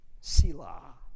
Sila